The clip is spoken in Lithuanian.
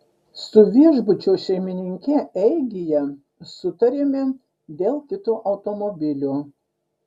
su viešbučio šeimininke eigyje sutarėme dėl kito automobilio